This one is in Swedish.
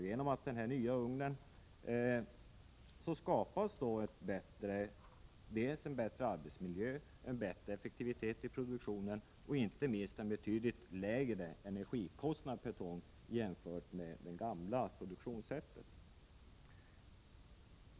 Genom den nya ugnen skapas en betydligt bättre arbetsmiljö, bättre effektivitet i produktionen och inte minst betydligt lägre energikostnad per ton jämfört med det gamla produktionssättet.